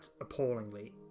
appallingly